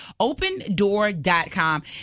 opendoor.com